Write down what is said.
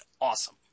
awesome